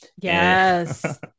Yes